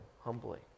humbly